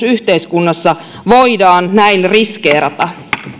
yhteiskunnassa voidaan näin riskeerata